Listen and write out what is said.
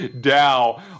dow